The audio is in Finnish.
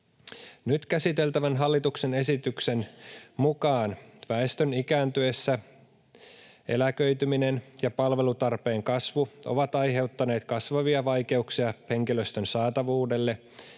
Nyt käsiteltävän hallituksen esityksen mukaan väestön ikääntyessä eläköityminen ja palvelutarpeen kasvu ovat aiheuttaneet kasvavia vaikeuksia henkilöstön saatavuudelle